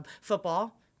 football